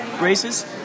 races